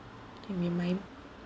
you mean my